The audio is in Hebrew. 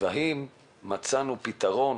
והאם מצאנו פתרון